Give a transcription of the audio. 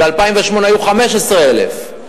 ב-2008 היו 15,000,